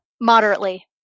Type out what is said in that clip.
Moderately